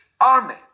army